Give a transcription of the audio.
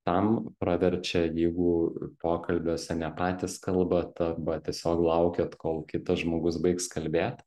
tam praverčia jeigu pokalbiuose ne patys kalbat aba tiesiog laukiat kol kitas žmogus baigs kalbėt